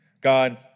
God